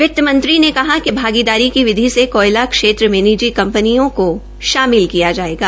वित्त मंत्री ने कहा कि भागीदारी की विधि से कोयला क्षेत्र में निजी कंपनियों को शामिल किया जायेगा